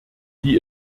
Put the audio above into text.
die